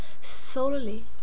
solely